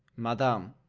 madam,